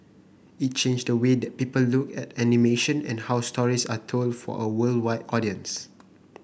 it changed the way that people look at animation and how stories are told for a worldwide audience